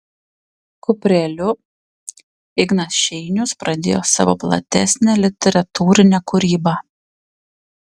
kupreliu ignas šeinius pradėjo savo platesnę literatūrinę kūrybą